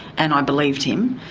and i believed him.